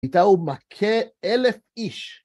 איתה הוא מכה אלף איש.